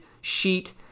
sheet